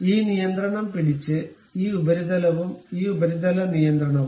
ഈ നിയന്ത്രണം പിടിച്ച് ഈ ഉപരിതലവും ഈ ഉപരിതല നിയന്ത്രണവും